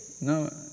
no